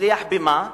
הצליח במה?